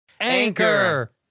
Anchor